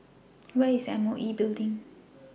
Where IS M O E Building